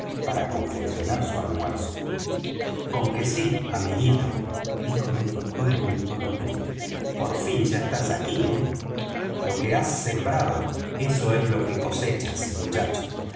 para confeccionar su almuerzo conque sí amiguito díjome el doctor en un tono triste por fin ya estás aquí eh lo que has sembrado eso es lo que cosechas muchacho